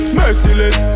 merciless